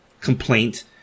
complaint